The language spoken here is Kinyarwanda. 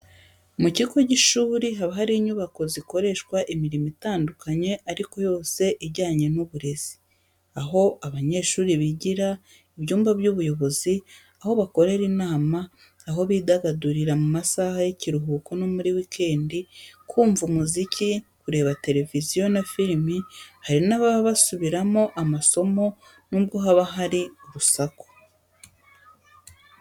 Mu kigo cy'ishuri haba hari inyubako zikoreshwa imirimo itandukanye ariko yose ijyanye n'uburezi: aho abanyeshuri bigira, ibyumba by'ubuyobozi, aho bakorera inama, aho bidagadurira mu masaha y'ikiruhuko no muri weekend, bumva umuziki, bareba televiziyo na filimi, hari n'ababa basuburimo amasomo n'ubwo haba hari urusaku.